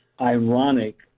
ironic